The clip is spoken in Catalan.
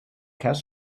cas